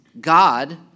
God